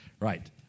Right